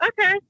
Okay